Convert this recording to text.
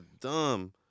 dumb